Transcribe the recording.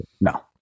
no